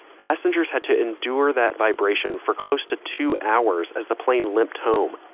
passengers had to endure that vibration for close to two hours as the plane limped home,